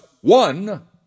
one